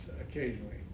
occasionally